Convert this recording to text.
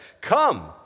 come